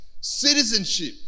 Citizenship